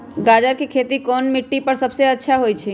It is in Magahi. गाजर के खेती कौन मिट्टी पर समय अच्छा से होई?